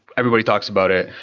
everybody talks about it.